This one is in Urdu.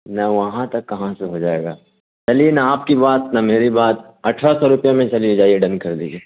نہ وہاں تک کہاں سے ہو جائے گا چلیے نہ آپ کی بات نہ میری بات اٹھارہ سو روپیے میں چلیے جائیے ڈن کر دیجیے